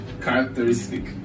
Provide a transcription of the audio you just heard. characteristic